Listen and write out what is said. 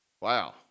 Wow